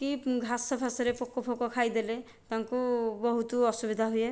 କି ଘାସ ଫାସରେ ପୋକ ଫୋଖ ଖାଇ ଦେଲେ ତାଙ୍କୁ ବହୁତ ଅସୁବିଧା ହୁଏ